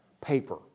paper